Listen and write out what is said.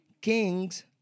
kings